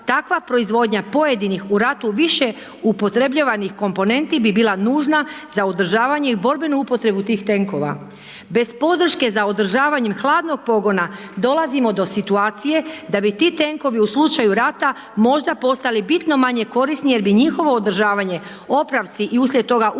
takva proizvodnja pojedinih u ratu više upotrebljavanih komponenti bi bila nužna za održavanje i borbenu upotrebu tih tenkova. Bez podrške za održavanjem hladnog pogona dolazimo do situacije da bi ti tenkovi u slučaju rata možda postali bitno manje korisni jer bi njihovo održavanje, popravci i uslijed toga upotreba